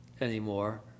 anymore